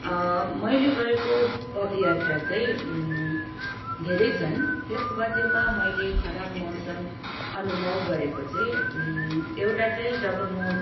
मैले गरेको पदयात्रा चाहिँ धेरै छन् त्यस मध्येमा मैले खराब मौसम अनुभाव गरेको चाहिँ एउटा चाहिँ जब म